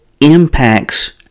impacts